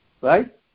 right